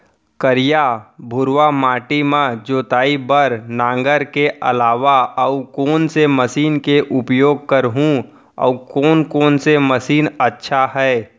करिया, भुरवा माटी म जोताई बार नांगर के अलावा अऊ कोन से मशीन के उपयोग करहुं अऊ कोन कोन से मशीन अच्छा है?